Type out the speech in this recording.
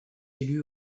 élu